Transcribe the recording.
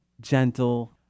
gentle